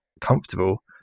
comfortable